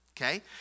okay